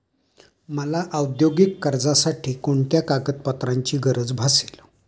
मला औद्योगिक कर्जासाठी कोणत्या कागदपत्रांची गरज भासेल?